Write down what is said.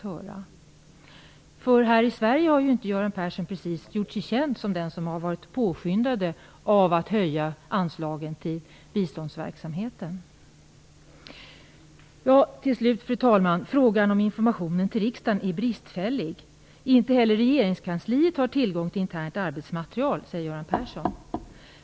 Här i Sverige har ju Göran Persson inte gjort sig känd som en påskyndare av att höja anslagen till biståndsverksamheten. Till slut, fru talman, gällde det en fråga om informationen till riksdagen är bristfällig. Göran Persson säger: "Inte heller regeringskansliet har tillgång till internt arbetsmaterial från Världsbanken."